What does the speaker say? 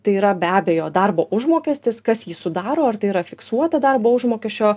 tai yra be abejo darbo užmokestis kas jį sudaro ar tai yra fiksuota darbo užmokesčio